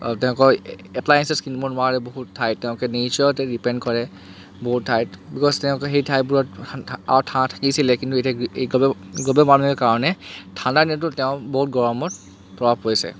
তেওঁলোকৰ এপ্লায়েঞ্চেছ্ কিনিব নোৱাৰে বহুত ঠাইত তেওঁলোকে নেচাৰতে ডিপেণ্ড কৰে বহুত ঠাইত বিকজ তেওঁলোকৰ সেই ঠাইবোৰত পাৱাৰ থাকিছিলে কিন্তু এতিয়া গ'ব গ্ল'বেল ৱাৰ্মিঙৰ কাৰণে ঠাণ্ডা দিনতো তেওঁ বহুত গৰমৰ প্ৰভাৱ পৰিছে